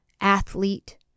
athlete